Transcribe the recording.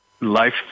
Life